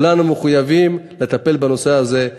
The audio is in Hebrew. כולנו מחויבים לטפל בנושא הזה.